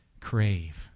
crave